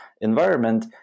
environment